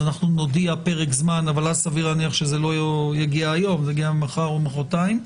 נודיע פרק זמן אבל אז סביר שזה לא יגיע היום אלא מחר או מחרתיים.